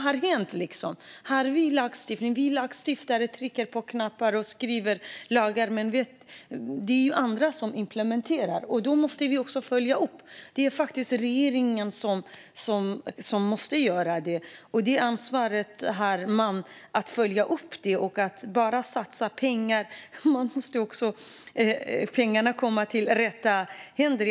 Vad har hänt? Vi lagstiftare trycker på knappar och skriver lagar, men det är ju andra som implementerar. Därför måste vi också följa upp. Det är faktiskt regeringen som måste göra det, och det ansvaret har man. Man kan inte bara satsa pengar, utan man måste se till att pengarna hamnar i rätt händer.